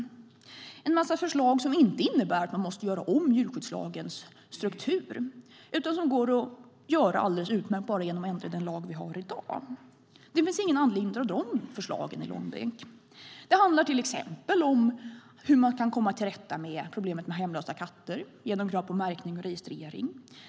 Det är en massa förslag som inte innebär att man måste göra om djurskyddslagens struktur, utan som går att genomföra bara genom att ändra i den lag som vi har i dag. Det finns ingen anledning att dra de förslagen i långbänk. Det handlar till exempel om hur man komma till rätta med problemet med hemlösa katter genom krav på märkning och registrering.